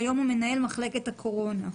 והיום הוא מנהל מחלקת הקורונה.